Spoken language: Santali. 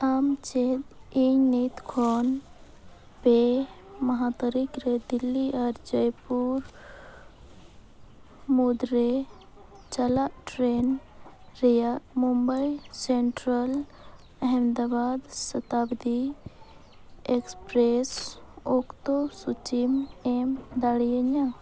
ᱟᱢ ᱪᱮᱫ ᱤᱧ ᱱᱤᱛ ᱠᱷᱚᱱ ᱯᱮ ᱢᱟᱦᱟ ᱛᱟᱹᱨᱤᱠᱷ ᱨᱮ ᱫᱤᱞᱞᱤ ᱟᱨ ᱡᱚᱭᱯᱩᱨ ᱢᱩᱫᱽᱨᱮ ᱪᱟᱞᱟᱜ ᱴᱨᱮᱱ ᱨᱮᱱᱟᱜ ᱢᱩᱢᱵᱟᱭ ᱥᱮᱱᱴᱨᱟᱞ ᱟᱦᱢᱮᱫᱟᱵᱟᱫᱽ ᱥᱚᱛᱟᱵᱫᱤ ᱮᱠᱥᱯᱨᱮᱥ ᱚᱠᱛᱚ ᱥᱩᱪᱤᱢ ᱮᱢ ᱫᱟᱲᱮᱭᱟᱹᱧᱟᱹ